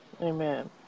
Amen